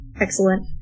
excellent